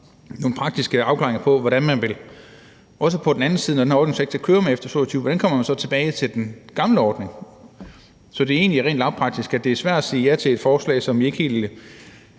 nogle praktiske afklaringer af, hvordan man – også på den anden side, når det kører efter 2022 – kommer tilbage til den gamle ordning. Så det er egentlig rent lavpraktisk, nemlig at det svært at sige ja til et forslag, som vi ikke helt